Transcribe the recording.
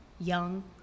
young